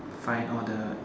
find all the